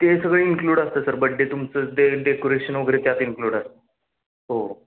ते सगळे इन्क्लूड असतं सर बड्डे तुमचं डे डेकोरेशन वगैरे त्यात इन्क्लुड आहे हो